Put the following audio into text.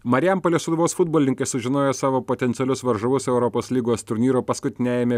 marijampolės sūduvos futbolininkai sužinojo savo potencialius varžovus europos lygos turnyro paskutiniajame